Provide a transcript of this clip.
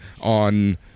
on